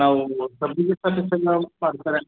ನಾವು